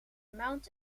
mount